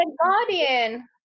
guardian